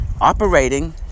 operating